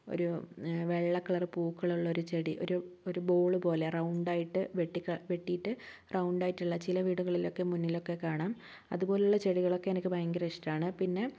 ഒരു വെള്ളക്കളറ് പൂക്കളൊള്ളൊരു ഒരു ഒരു ബോള് പോലെ റൗണ്ടായിട്ട് വെട്ടിക്ക വെട്ടീട്ട് റൗണ്ടായിട്ട്ള്ള ചില വീടുകളിലൊക്കെ മുന്നിലൊക്കെ കാണാം അതുപോലുള്ള ചെടികളൊക്കെ എനക്ക് ഭയങ്കര ഇഷ്ടമാണ് പിന്നെ